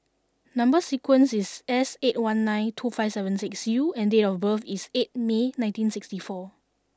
number sequence is S eight one nine two five seven six U and date of birth is eight May nineteen sixty four